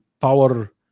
power